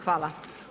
Hvala!